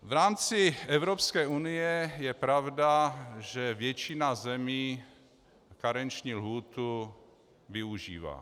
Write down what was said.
V rámci Evropské unie je pravda, že většina zemí karenční lhůtu využívá.